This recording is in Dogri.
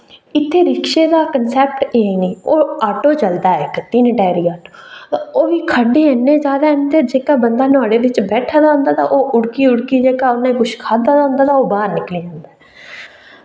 इत्थै रिक्शे दा कानसैप्ट एह् निं ओह् आटो चलदा ऐ इक तिन्न टैरी आटो ओह् बी खड्डे इन्ने जैदा न ते जेह्का बंदा नुआढ़े बिच बैठे दा होंदा ते ओह् उड़की उड़की जेह्का उ'न्नै किश खाद्धा दा होंदा ते ओह् बाह्र निकली जंदा ऐ